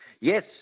Yes